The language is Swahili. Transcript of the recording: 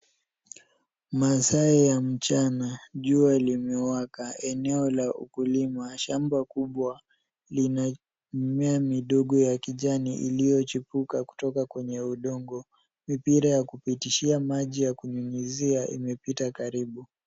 Masaa ya mchana. Jua limewaka. Eneo la ukulima, shamba kubwa lina mimea midogo ya kijani iliyochipuka kutoka kwenye udongo. Mipira ya kupitishia maji yakunyunyizia imepita karibu.